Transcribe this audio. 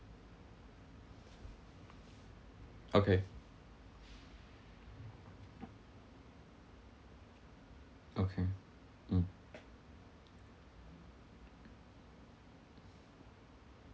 okay okay mm